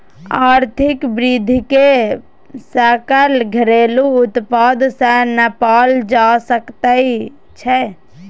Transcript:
आर्थिक वृद्धिकेँ सकल घरेलू उत्पाद सँ नापल जा सकैत छै